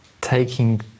taking